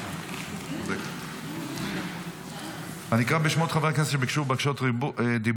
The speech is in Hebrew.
אני אקרא בשמות חברי הכנסת שביקשו בקשות דיבור.